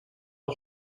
aux